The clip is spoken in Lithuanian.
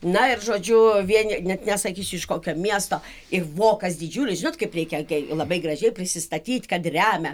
na ir žodžiu vieni net nesakysiu iš kokio miesto ir vokas didžiulis žinot kaip reikia kai labai gražiai prisistatyt kad remia